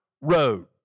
road